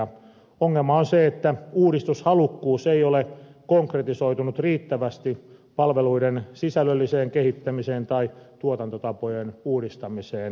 ongelma on se että uudistushalukkuus ei ole konkretisoitunut riittävästi palveluiden sisällölliseen kehittämiseen tai tuotantotapojen uudistamiseen peruskunnissa